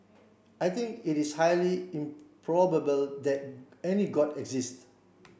I think it is highly improbable that any god exist